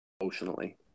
emotionally